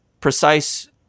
precise